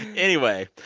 anyway,